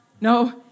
No